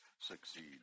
succeed